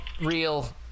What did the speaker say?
real